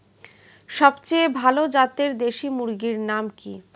সবচেয়ে ভালো জাতের দেশি মুরগির নাম কি?